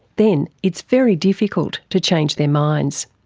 then it's very difficult to change their minds.